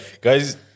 guys